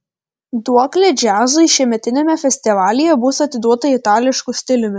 duoklė džiazui šiemetiniame festivalyje bus atiduota itališku stiliumi